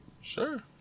sure